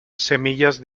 semillas